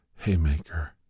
Haymaker